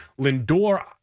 Lindor